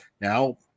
Now